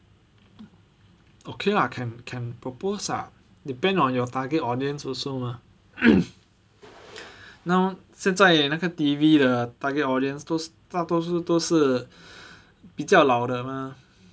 okay lah can can propose lah depend on your target audience also mah now 现在那个 T_V 的 target audience those 大多数都是比较老的 mah